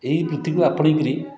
ଏହି ବୃତ୍ତିକୁ ଆପଣାଇକରି